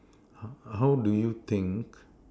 how how do you think